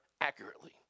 accurately